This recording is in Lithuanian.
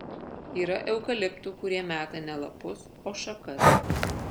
yra eukaliptų kurie meta ne lapus o šakas